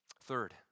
Third